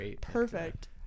perfect